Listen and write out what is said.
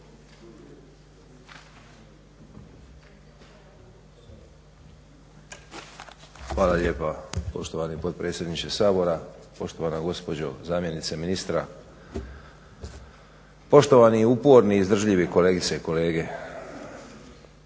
Hvala lijepa poštovani potpredsjedniče Sabora. Poštovana gospođo zamjenice ministra, poštovani uporni i izdržljivi kolegice i kolege.